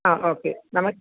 ആ ഓക്കെ നമ